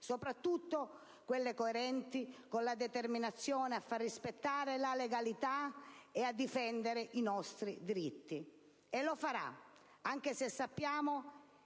soprattutto quelle coerenti con la determinazione a far rispettare la legalità e a difendere i nostri diritti. E lo farà, anche se sappiamo